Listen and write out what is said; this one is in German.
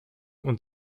und